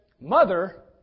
mother